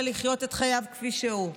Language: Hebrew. שיחיה את חייו כפי שהוא רוצה.